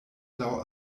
laŭ